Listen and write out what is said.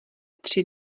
tři